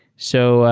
so